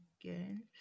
again